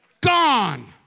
Gone